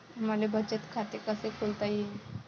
मले बचत खाते कसं खोलता येईन?